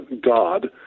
God